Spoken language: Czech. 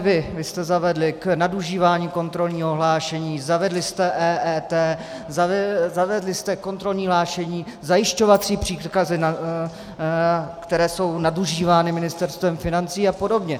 Vy jste zavedli nadužívání kontrolního hlášení, zavedli jste EET, zavedli jste kontrolní hlášení, zajišťovací příkazy, které jsou nadužívány Ministerstvem financí apod.